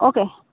okay